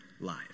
life